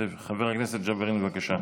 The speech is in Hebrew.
חבר הכנסת ג'בארין, בבקשה.